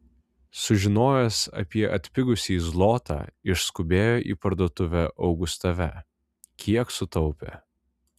sužinojęs apie atpigusį zlotą išskubėjo į parduotuvę augustave kiek sutaupė